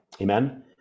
Amen